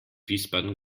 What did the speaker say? wiesbaden